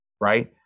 right